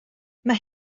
mae